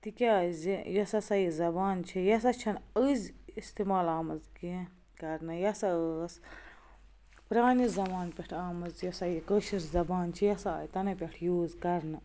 تِکیٛازِ یۄس ہَسا یہِ زبان چھِ یہِ ہَسا چھِنہٕ أزۍ اِستعمال آمٕژ کیٚنٛہہ کَرنہٕ یہِ ہَسا ٲس پرٛانہِ زمانہٕ پٮ۪ٹھ آمٕژ یہِ ہَسا یہِ کٲشِر زبان چھِ یہِ ہَسا آے تَنَے پٮ۪ٹھ یوٗز کَرنہٕ